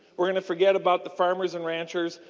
are going to forget about the farmers and ranchers.